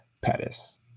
Pettis